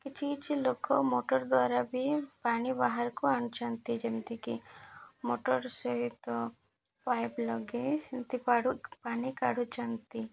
କିଛି କିଛି ଲୋକ ମୋଟର ଦ୍ୱାରା ବି ପାଣି ବାହାରକୁ ଆଣୁଛନ୍ତି ଯେମିତିକି ମୋଟର ସହିତ ପାଇପ୍ ଲଗାଇ ସେମିତି ପାଣି କାଢ଼ୁଛନ୍ତି